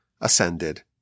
ascended